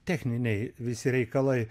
techniniai visi reikalai